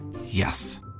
Yes